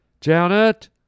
Janet